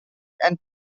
and